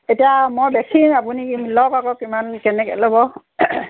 এতিয়া মই বেচিম আপুনি লওক আকৌ কিমান কেনেকৈ ল'ব